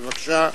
בבקשה.